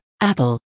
Apple